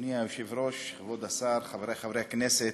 אדוני היושב-ראש, כבוד השר, חברי חברי הכנסת,